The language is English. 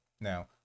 Now